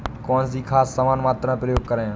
कौन सी खाद समान मात्रा में प्रयोग करें?